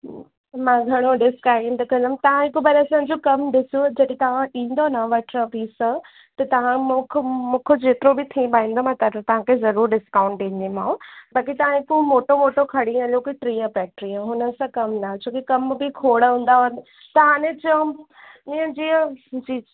मां घनो discount कंदमि तव्हां हिकु बार असांजो कम ॾिसो जॾहिं तव्हां ईंदो न वठणु पीस त तव्हां मोख मूंखां जेतिरो बि थी पाईंदो मां त तव्हांखे ज़रूर डिस्काउंट ॾींदीमाव बाक़ी तव्हां हिकु मोटो मोटो खणी हलो की टीह पंटीह हुन सां कम न छो की कम मूंखे खोड़ हुंदा ताने चओ इअं जीअं जी